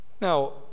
Now